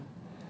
mm